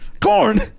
Corn